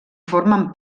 formen